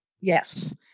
Yes